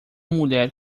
mulher